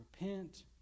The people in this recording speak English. repent